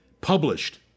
Published